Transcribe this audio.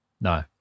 No